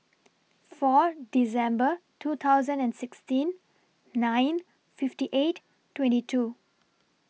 four December two thousand and sixteen nine fifty eight twenty two